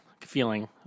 feeling